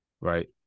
right